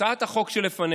הצעת החוק שלפנינו